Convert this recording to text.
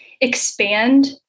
expand